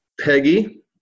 Peggy